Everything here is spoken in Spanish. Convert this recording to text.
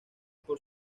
por